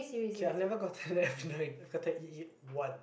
ok I've never gotten F-nine i've gotten E-eight one